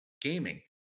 gaming